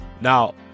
now